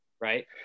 right